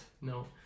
No